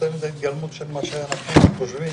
אתם ההתגלמות של מה שאנחנו חושבים